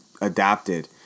adapted